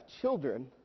children